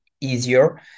easier